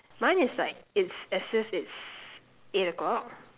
mine is like it's as if it's eight o-clock